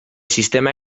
sistema